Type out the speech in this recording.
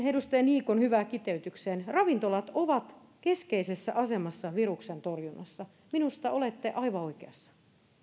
edustaja niikon hyvään kiteytykseen ravintolat ovat keskeisessä asemassa viruksentorjunnassa minusta olette aivan oikeassa